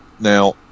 now